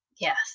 Yes